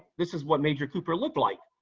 this is what major cooper looked like,